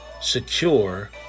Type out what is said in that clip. secure